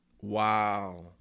Wow